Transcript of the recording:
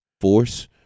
Force